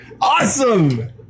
awesome